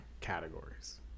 categories